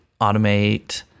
automate